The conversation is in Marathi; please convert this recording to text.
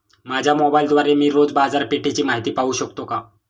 माझ्या मोबाइलद्वारे मी रोज बाजारपेठेची माहिती पाहू शकतो का?